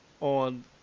on